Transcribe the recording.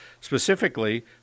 specifically